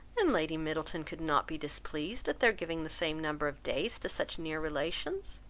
and lady middleton could not be displeased at their giving the same number of days to such near relations.